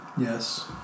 Yes